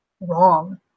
wrong